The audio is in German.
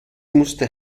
musste